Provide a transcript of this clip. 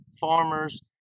farmers